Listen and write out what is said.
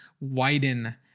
widen